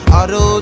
Auto